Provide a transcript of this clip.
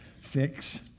fix